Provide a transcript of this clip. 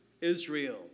Israel